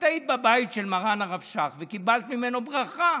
את היית בבית של מרן הרב שך וקיבלת ממנו ברכה.